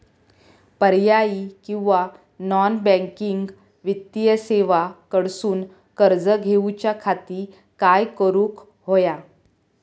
पर्यायी किंवा non banking वित्तीय सेवा कडसून कर्ज घेऊच्या खाती काय करुक होया?